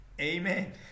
Amen